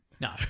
No